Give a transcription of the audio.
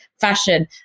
fashion